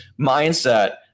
mindset